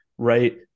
Right